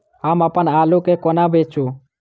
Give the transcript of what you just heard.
हम अप्पन आलु केँ कोना बेचू?